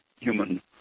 human